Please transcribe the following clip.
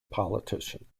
politician